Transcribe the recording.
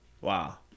wow